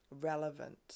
relevant